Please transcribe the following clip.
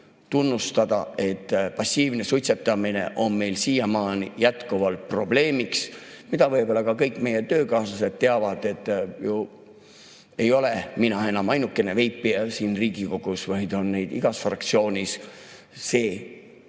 tunnustada, et passiivne suitsetamine on meil siiamaani jätkuvalt probleem, mida võib-olla ka kõik meie töökaaslased teavad. Ju ei ole mina enam ainukene veipija siin Riigikogus, neid on igas fraktsioonis. See